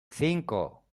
cinco